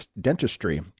dentistry